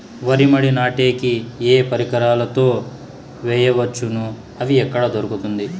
వరి మడి నాటే కి ఏ పరికరాలు తో వేయవచ్చును అవి ఎక్కడ దొరుకుతుంది?